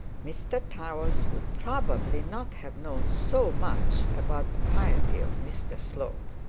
mr towers would probably not have known so much about the piety of mr slope.